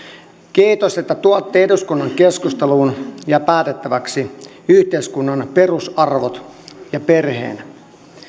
kiitos että tuotte eduskunnan keskusteluun ja päätettäväksi yhteiskunnan perusarvot ja perheen